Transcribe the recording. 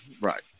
right